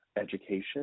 education